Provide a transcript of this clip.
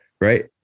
right